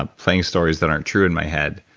ah playing stories that aren't true in my head,